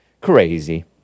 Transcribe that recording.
Crazy